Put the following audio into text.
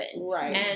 Right